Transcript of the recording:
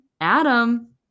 Adam